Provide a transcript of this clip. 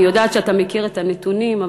אני יודעת שאתה מכיר את הנתונים,